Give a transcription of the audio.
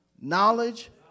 knowledge